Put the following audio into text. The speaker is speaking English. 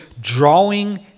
drawing